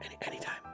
Anytime